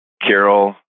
Carol